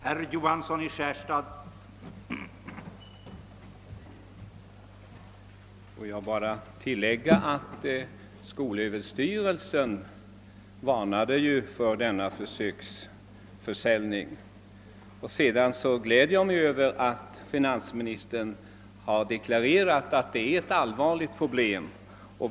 Herr talman! Jag ville bara tillägga att skolöverstyrelsen varnade för den försöksförsäljning vi nu diskuterar. Vidare gläder jag mig över att finansministern har deklarerat att alkoholmissbruket är ett allvarligt problem.